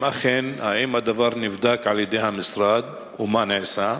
אם כן, האם הדבר נבדק על-ידי המשרד ומה נעשה?